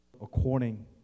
according